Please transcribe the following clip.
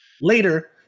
Later